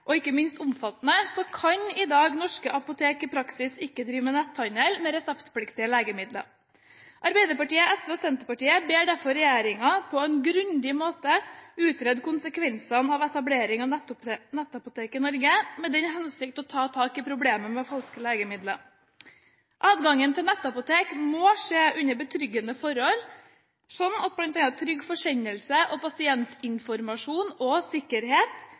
og ikke minst omfattende, så kan norske apotek i dag i praksis ikke drive netthandel med reseptpliktige legemidler. Arbeiderpartiet, SV og Senterpartiet ber derfor regjeringen på en grundig måte utrede konsekvensene av etablering av nettapotek i Norge, med den hensikt å ta tak i problemet med falske legemidler. Adgangen til nettapotek må skje under betryggende forhold, slik at bl.a. trygg forsendelse og pasientinformasjon og